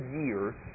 years